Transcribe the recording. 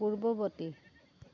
পূৰ্বৱৰ্তী